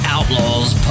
Outlaws